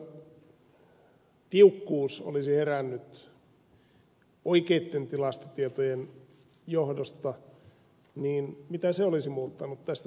jos tiukkuus olisi herännyt oikeitten tilastotietojen johdosta niin mitä se olisi muuttanut tästä tilanteesta